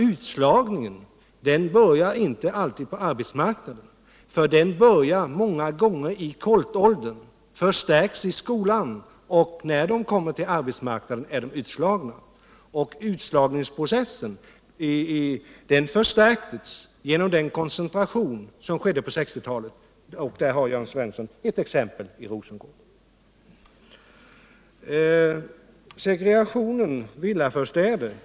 Utslagningen börjar dock inte alltid på arbetsmarknaden. Den börjar många gånger i koltåldern, förstärks i skolan så att personerna när de kommer till arbetsmarknaden är utslagna. Utslagningsprocessen förstärktes genom den koncentration som ägde rum på 1960-talet; Jörn Svensson har ett exempel i Rosengård. Jörn Svensson talade om segregationen i boendet.